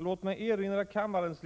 Låt mig erinra kammarens